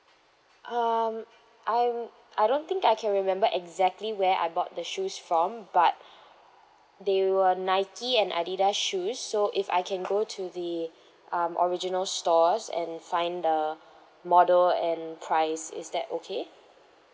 um I'm don't think I can remember exactly where I bought the shoes from but they were nike and adidas shoes so if I can go to the um original stores and find the model and price is that okay